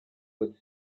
could